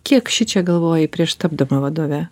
kiek šičia galvoji prieš tapdama vadove